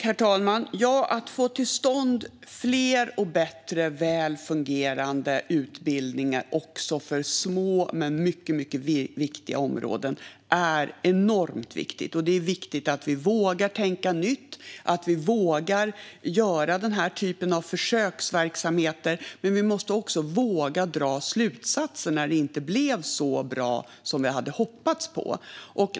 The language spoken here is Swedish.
Herr talman! Ja, det är enormt viktigt att få till stånd fler och väl fungerande utbildningar också för små men mycket viktiga områden. Det är viktigt att vi vågar tänka nytt och att vi vågar ha denna typ av försöksverksamhet. Men vi måste också våga dra slutsatser när det inte blev så bra som vi hade hoppats på.